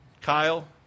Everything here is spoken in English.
Kyle